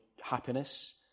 happiness